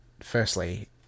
firstly